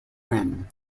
win